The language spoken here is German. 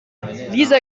lisa